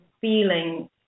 feeling